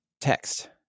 text